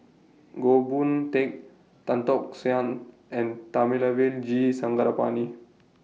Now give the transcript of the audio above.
Goh Boon Teck Tan Tock San and Thamizhavel G Sarangapani